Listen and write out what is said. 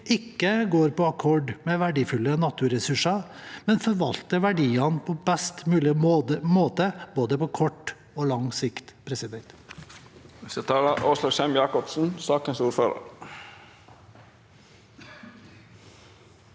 ikke går på akkord med verdifulle naturressurser, men forvalter verdiene på best mulig måte på både kort og lang sikt. Åslaug